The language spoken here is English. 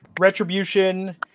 Retribution